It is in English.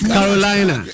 Carolina